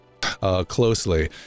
closely